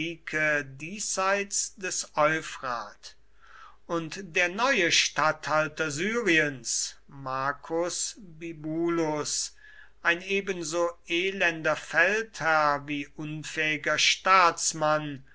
diesseits des euphrat und der neue statthalter syriens marcus bibulus ein ebenso elender feldherr wie unfähiger staatsmann